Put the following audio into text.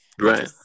Right